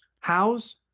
How's